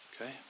Okay